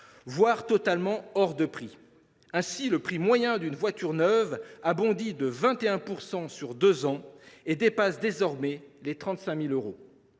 voire totalement hors de prix. Ainsi, le prix moyen d’une voiture neuve a bondi de 21 % en deux ans et dépasse désormais les 35 000 euros.